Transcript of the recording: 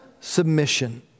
submission